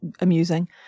amusing